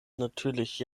natürlich